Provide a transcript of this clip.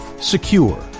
Secure